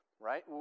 right